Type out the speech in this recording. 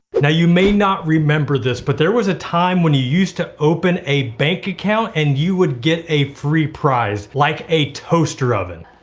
now you may not remember this, but there was a time when you used to open a bank account and you would get a free prize, like a toaster oven.